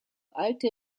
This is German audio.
alte